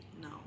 No